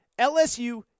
LSU